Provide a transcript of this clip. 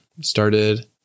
started